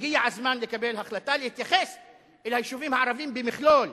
הגיע הזמן לקבל החלטה להתייחס אל היישובים הערביים במכלול,